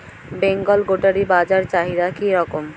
বেঙ্গল গোটারি বাজার চাহিদা কি রকম?